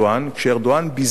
כשארדואן ביזה אותו